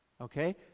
Okay